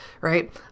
right